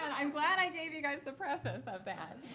and i'm glad i gave you guys the preface of that.